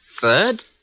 Third